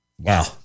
Wow